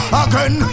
again